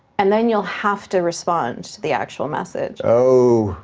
and then you'll have to respond to the actual message. oh,